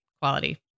quality